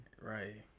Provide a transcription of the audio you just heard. right